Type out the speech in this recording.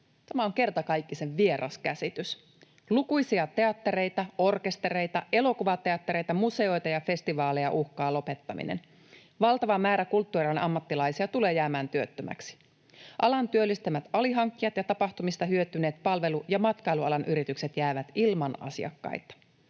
tämä on kertakaikkisen vieras käsitys. Lukuisia teattereita, orkestereita, elokuvateattereita, museoita ja festivaaleja uhkaa lopettaminen. Valtava määrä kulttuurialan ammattilaisia tulee jäämään työttömiksi. Alan työllistämät alihankkijat ja tapahtumista hyötyneet palvelu- ja matkailualan yritykset jäävät ilman asiakkaita.